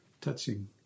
touching